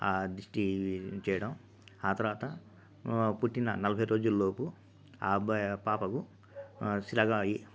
ఆ దిష్టి చేయడం ఆ తర్వాత పుట్టిన నలభై రోజుల లోపు ఆ అబ్బాయి ఆ పాపకు సిలగాయి